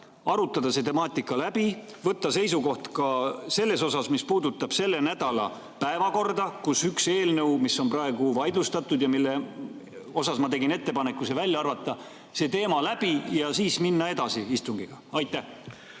arutada see temaatika läbi, võtta seisukoht ka selles osas, mis puudutab selle nädala päevakorda, kus on üks eelnõu, mis on praegu vaidlustatud. Ma tegin ettepaneku see välja arvata. Arutage see teema läbi ja siis saab minna edasi istungiga. Aitäh